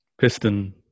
Piston